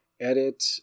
edit